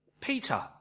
Peter